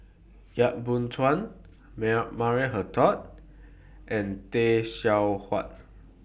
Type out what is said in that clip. Yap Boon Chuan Maya Maria Hertogh and Tay Seow Huah